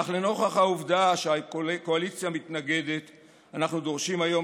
אך לנוכח העובדה שהקואליציה מתנגדת אנחנו דורשים היום